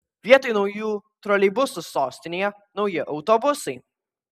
vietoj naujų troleibusų sostinėje nauji autobusai